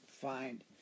find